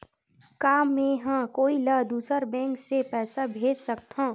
का मेंहा कोई ला दूसर बैंक से पैसा भेज सकथव?